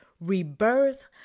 rebirth